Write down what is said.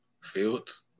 Fields